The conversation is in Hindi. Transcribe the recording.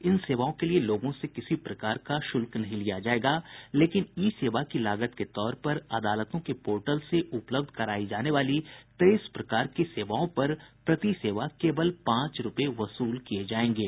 इन सेवाओं के लिए लोगों से किसी प्रकार का शुल्क नहीं लिया जाएगा लेकिन ई सेवा की लागत के तौर पर अदालतों के पोर्टल से उपलब्ध कराई जाने वाली तेईस प्रकार की सेवाओं पर प्रतिसेवा केवल पांच रूपये वसूल किये जाएंगे